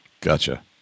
Gotcha